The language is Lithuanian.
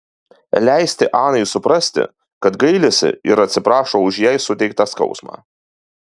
leisti anai suprasti kad gailisi ir atsiprašo už jai suteiktą skausmą